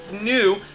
new